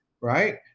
right